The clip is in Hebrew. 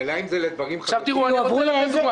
השאלה אם זה לדברים חדשים או לחזק את הקיים?